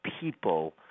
people